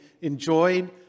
enjoyed